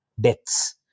deaths